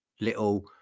little